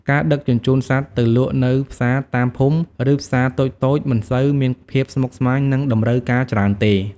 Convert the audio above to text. ការដឹកជញ្ជូនសត្វទៅលក់នៅផ្សារតាមភូមិ ឬផ្សារតូចៗមិនសូវមានភាពស្មុគស្មាញ និងតម្រូវការច្រើនទេ។